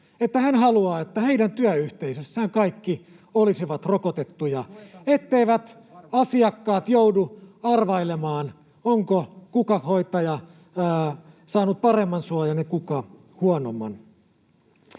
että haluaa, että heidän työyhteisössään kaikki olisivat rokotettuja, etteivät asiakkaat joudu arvailemaan, kuka hoitaja on saanut paremman suojan ja kuka huonomman.